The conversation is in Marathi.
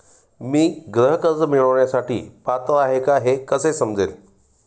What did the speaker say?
मी गृह कर्ज मिळवण्यासाठी पात्र आहे का हे कसे समजेल?